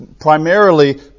primarily